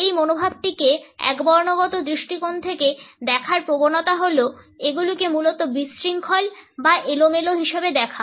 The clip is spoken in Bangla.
এই মনোভাবটিকে একবর্ণগত দৃষ্টিকোণ থেকে দেখার প্রবণতা হল এগুলিকে মূলত বিশৃঙ্খল বা এলোমেলো হিসাবে দেখা